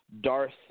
Darth